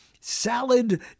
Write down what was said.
salad